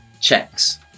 Checks